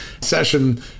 session